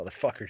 motherfuckers